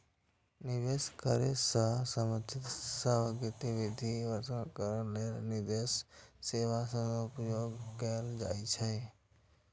निवेश करै सं संबंधित सब गतिविधि वर्णन करै लेल निवेश सेवा शब्दक उपयोग कैल जाइ छै